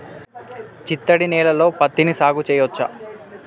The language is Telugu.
చిత్తడి నేలలో పత్తిని సాగు చేయచ్చా?